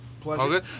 Pleasure